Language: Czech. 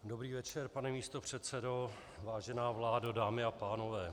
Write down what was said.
Dobrý večer, pane místopředsedo, vážená vládo, dámy a pánové.